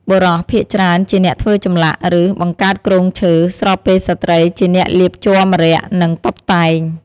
បុរសភាគច្រើនជាអ្នកធ្វើចម្លាក់ ឬ បង្កើតគ្រោងឈើ ស្របពេលស្ត្រីជាអ្នកលាបជ័រម្រ័ក្សណ៍ និងតុបតែង។